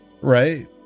right